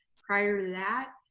prior to that,